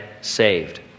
saved